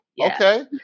Okay